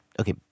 okay